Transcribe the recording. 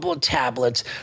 tablets